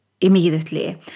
immediately